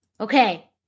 Okay